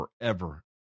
forever